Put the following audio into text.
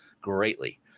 greatly